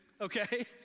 okay